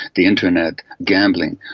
the internet, gambling,